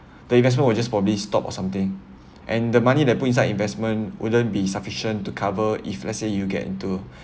the investment will just probably stop or something and the money that put inside investment wouldn't be sufficient to cover if let's say you get into